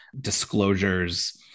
disclosures